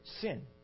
sin